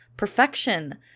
Perfection